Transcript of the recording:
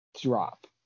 drop